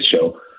show